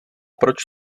proč